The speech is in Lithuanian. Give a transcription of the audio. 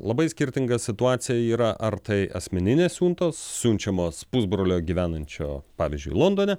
labai skirtinga situacija yra ar tai asmeninės siuntos siunčiamos pusbrolio gyvenančio pavyzdžiui londone